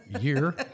year